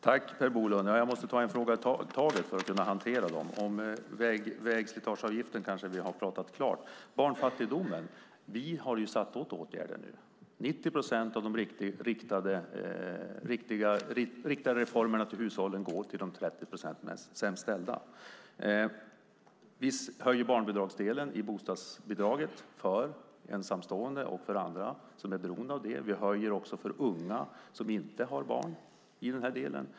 Fru talman! Jag måste ta en fråga i taget för att kunna hantera dem. Vägslitageavgiften kanske vi har pratat klart om. När det gäller barnfattigdomen har vi nu satt in åtgärder. 90 procent av de riktade reformerna till hushållen går till de 30 procent som har det sämst ställt. Vi höjer barnbidragsdelen i bostadsbidraget för ensamstående och för andra som är beroende av det. Vi höjer också för unga som inte har barn.